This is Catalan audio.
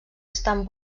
estan